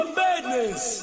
madness